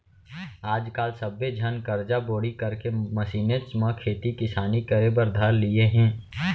आज काल सब्बे झन करजा बोड़ी करके मसीनेच म खेती किसानी करे बर धर लिये हें